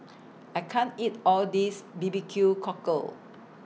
I can't eat All This B B Q Cockle